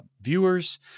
viewers